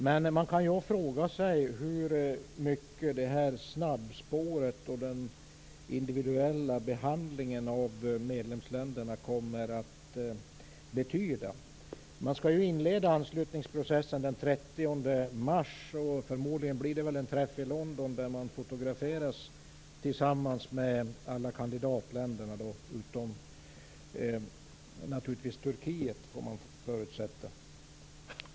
Men man kan fråga sig hur mycket det här snabbspåret och den individuella behandlingen av medlemsländerna kommer att betyda. Man skall ju inleda anslutningsprocessen den 30 mars. Förmodligen blir det väl en träff i London där man fotograferas tillsammans med alla kandidatländer - utom naturligtvis Turkiet får man väl förutsätta.